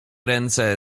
ręce